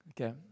Okay